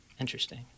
Interesting